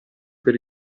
per